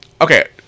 Okay